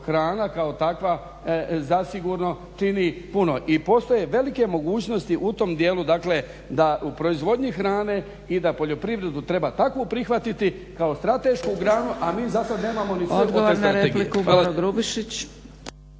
hrana kao takva zasigurno čini puno. I postoje velike mogućnosti u tom dijelu u proizvodnji hrane i da poljoprivredu treba takvu prihvatiti kao stratešku granu, a mi zasad nemamo ni s od te strategije.